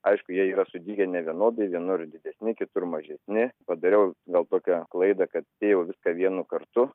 aišku jie yra sudygę nevienodai vienur didesni kitur mažesni padariau gal tokią klaidą kad sėjau viską vienu kartu